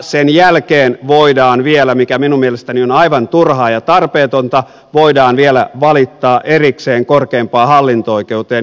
sen jälkeen voidaan vielä mikä minun mielestäni on aivan turhaa ja tarpeetonta valittaa erikseen korkeimpaan hallinto oikeuteen